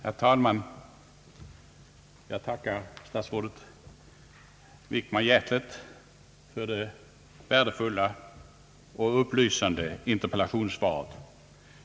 Herr talman! Jag tackar statsrådet Wickman hjärtligt för det värdefulla och upplysande interpellationssvaret.